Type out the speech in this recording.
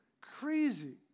crazy